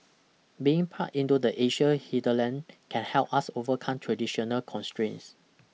being plugged into the Asian hinterland can help us overcome traditional constraints